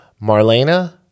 Marlena